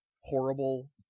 horrible